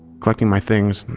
my things,